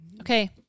Okay